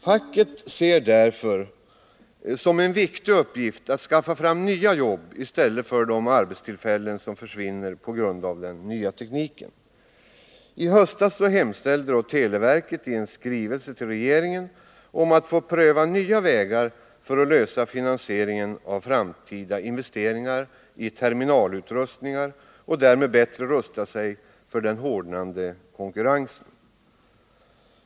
Facket ser det därför som en viktig uppgift att skaffa fram nya jobb i stället för de arbetstillfällen som försvinner på grund av den nya tekniken. I höstas hemställde televerket i en skrivelse till regeringen att få pröva nya vägar för att lösa finansieringen av framtida investeringar i terminalutrustningar och därmed bättre rusta sig för den hårdnande konkurrensen.